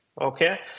okay